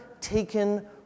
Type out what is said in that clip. taken